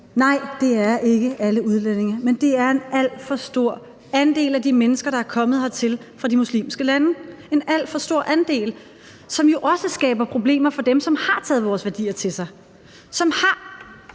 Nej, det er ikke alle udlændinge, men det er en alt for stor andel af de mennesker, der er kommet hertil fra de muslimske lande – en alt for stor andel, som jo også skaber problemer for dem, som har taget vores værdier til sig, som har